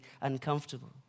uncomfortable